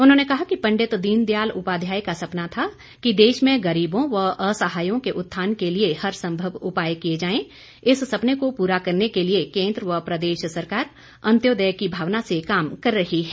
उन्होंने कहा कि पंडित दीन दयाल उपाध्याय का सपना था कि देश में गरीबों व असहायों के उत्थान के लिए हर संभव उपाय किए जाएं इस सपने को पूरा करने के लिए केन्द्र व प्रदेश सरकार अन्तोदय की भावना से काम कर रही है